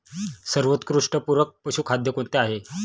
सर्वोत्कृष्ट पूरक पशुखाद्य कोणते आहे?